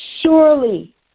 Surely